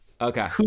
Okay